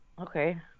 Okay